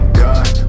god